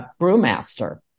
brewmaster